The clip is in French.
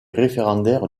référendaire